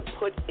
put